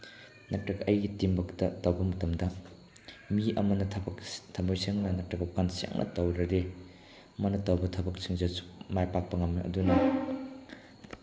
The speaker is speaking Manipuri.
ꯅꯠꯇ꯭ꯔꯒ ꯑꯩꯒꯤ ꯇꯤꯝ ꯋꯥꯔꯛꯇ ꯇꯧꯕ ꯃꯇꯝꯗ ꯃꯤ ꯑꯃꯅ ꯊꯕꯛ ꯊꯝꯃꯣꯏ ꯁꯦꯡꯅ ꯅꯠꯇꯔꯒ ꯁꯦꯡꯅ ꯇꯧꯗ꯭ꯔꯗꯤ ꯃꯥꯅ ꯇꯧꯕ ꯊꯕꯛꯁꯤꯡꯁꯦ ꯃꯥꯏ ꯄꯥꯛꯄ ꯉꯝꯃꯣꯏ ꯑꯗꯨꯅ